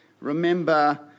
Remember